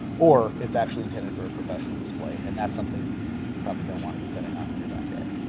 or it's actually intended for a professional display and that's something you probably don't wanna be setting off in your backyard.